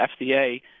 FDA